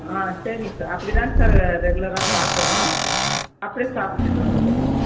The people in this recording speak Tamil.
ஆ சரிங் சார் அப்படிதாங் சார் ரெகுலராக சாப்பிர்றோம் அப்படி சாப்பிட்டுட்டு வரோங்க சார்